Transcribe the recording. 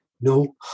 No